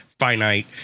finite